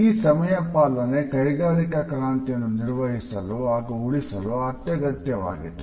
ಈ ಸಮಯ ಪಾಲನೆ ಕೈಗಾರಿಕಾ ಕ್ರಾಂತಿಯನ್ನು ನಿರ್ವಹಿಸಲು ಹಾಗೂ ಉಳಿಸಲು ಅಗತ್ಯವಾಗಿತ್ತು